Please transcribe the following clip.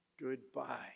Goodbye